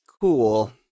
cool